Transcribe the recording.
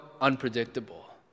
unpredictable